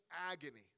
agony